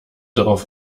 darauf